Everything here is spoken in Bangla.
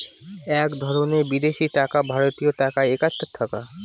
এক ধরনের বিদেশি টাকা ভারতীয় টাকায় একাত্তর টাকা